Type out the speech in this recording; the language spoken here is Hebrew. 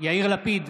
יאיר לפיד,